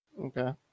Okay